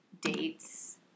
dates